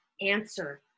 answer